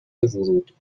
ورود